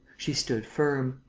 she stood firm.